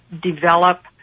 develop